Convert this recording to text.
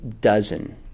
dozen